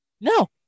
No